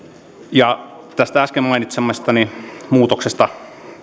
ja tästä äsken mainitsemastani muutoksesta